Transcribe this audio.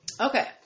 okay